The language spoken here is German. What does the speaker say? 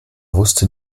wusste